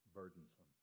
burdensome